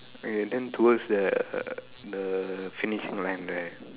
okay then towards the the finishing line right